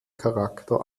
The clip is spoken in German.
charakter